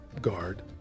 guard